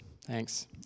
Thanks